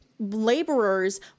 laborers